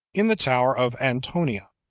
in the tower of antonia,